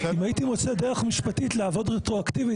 אם הייתי מוצא דרך משפטית לעבוד רטרואקטיבית,